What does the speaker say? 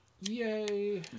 Yay